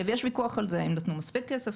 ויש ויכוח על זה: האם נתנו מספיק כסף,